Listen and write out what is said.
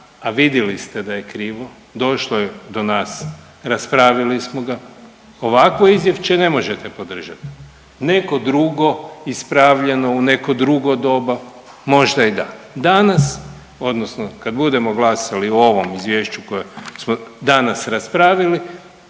a vidjeli ste da je krivo, došlo je do nas, raspravili smo ga, ovakvo izvješće ne možete podržati. Neko drugo, ispravljeno u neko drugo doba, možda i da. Danas, odnosno kad budemo glasali o ovom izvješću koje smo danas raspravili,